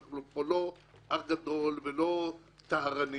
אנחנו פה לא אח גדול ולא טהרנים